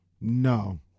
No